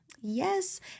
yes